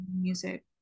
music